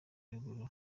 ruguru